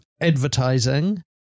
advertising